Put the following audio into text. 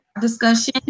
discussion